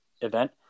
event